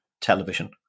television